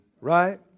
Right